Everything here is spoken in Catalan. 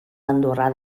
andorrà